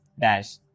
dash